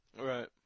Right